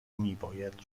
میباید